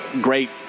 great